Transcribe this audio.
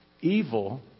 Evil